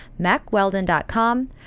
MacWeldon.com